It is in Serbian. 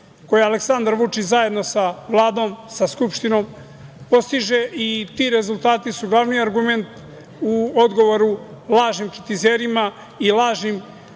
koje Aleksandar Vučić, zajedno sa Vladom, sa Skupštinom, postiže i ti rezultati su glavni argument u odgovoru lažnim kritizerima i lažnim